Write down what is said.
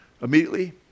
immediately